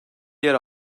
yer